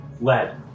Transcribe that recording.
lead